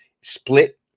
split